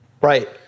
Right